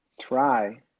try